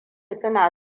suna